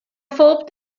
phob